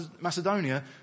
Macedonia